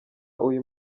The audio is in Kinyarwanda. uyu